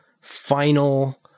final